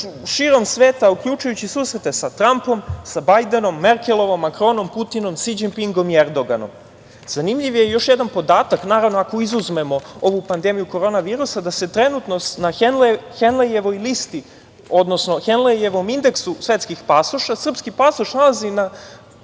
širom sveta, uključujući susrete sa Trampom, sa Bajdenom, Merkelovom, Makronom, Putinom, Siđipingom i Erdoganom. Zanimljiv je još jedan podatak, naravno, ako izuzmemo ovu pandemiju koronavirusa, da se trenutno na Henlejevoj listi, odnosno na Henlejevom indeksu svetskih pasoša, srpski pasoš nalazi na